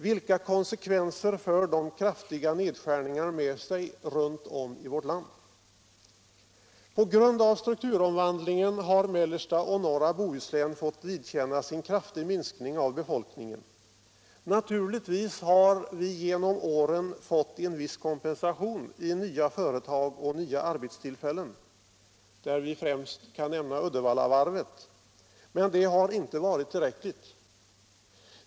Vilka konsekvenser för de kraftiga nedskärningarna med sig runt om i vårt land? På grund av strukturomvandlingen har mellersta och norra Bohuslän fått vidkännas en kraftig minskning av befolkningen. Naturligtvis har Bohuslän genom åren fått en viss kompensation i nya företag och nya arbetstillfällen, där man främst måste nämna Uddevallavarvet, men det har inte varit tillräckligt.